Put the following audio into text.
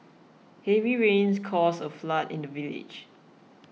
heavy rains caused a flood in the village